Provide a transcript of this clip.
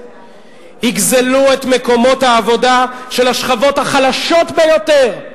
יגזלו את מקומות העבודה של השכבות החלשות ביותר?